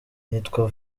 nitwa